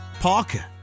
Parker